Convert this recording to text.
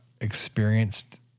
experienced